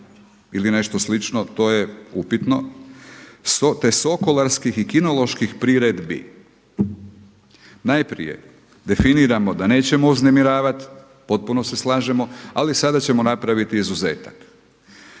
ili nešto slično, to je upitno, te sokolarskih i kinoloških priredbi. Najprije definiramo da nećemo uznemiravati, potpuno se slažemo ali sada ćemo napraviti izuzetak.